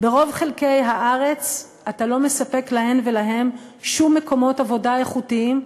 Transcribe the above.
ברוב חלקי הארץ אתה לא מספק להם ולהן שום מקומות עבודה איכותיים,